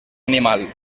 animal